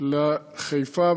לחיפה,